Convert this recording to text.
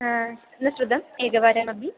हा न श्रुतम् एकवारमपि